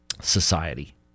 society